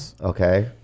Okay